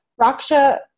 Raksha